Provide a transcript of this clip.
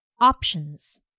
options